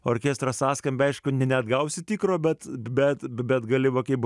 orkestro sąskambį aišku neatgausi tikro bet bet bet gali va kaip